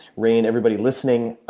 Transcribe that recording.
rainn, everybody listening,